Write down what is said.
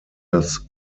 das